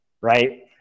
right